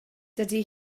dydy